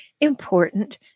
important